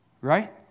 right